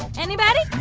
anybody?